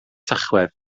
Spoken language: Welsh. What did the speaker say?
tachwedd